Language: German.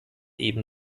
eben